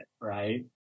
right